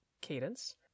cadence